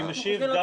אני משיב גם לך,